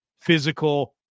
Physical